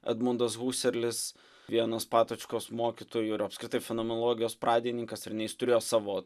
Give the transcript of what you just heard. edmundas huserlis vienas patočkos mokytojų ir apskritai fenomenologijos pradininkas ar ne jis turėjo savo